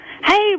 Hey